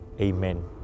Amen